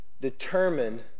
determined